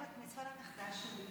היה לי בת-מצווה לנכדה שלי,